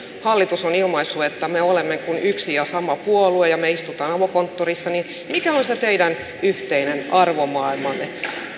hallitus on ilmaissut että se on kuin yksi ja sama puolue ja se istuu avokonttorissa kysyn mikä on se teidän yhteinen arvomaailmanne